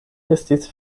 estis